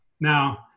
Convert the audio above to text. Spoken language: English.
now